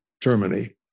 Germany